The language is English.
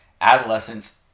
adolescents